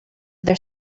their